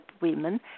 women